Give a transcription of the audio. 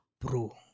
Bro